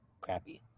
crappy